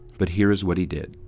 but here is what he did.